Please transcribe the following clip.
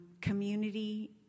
community